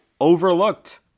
overlooked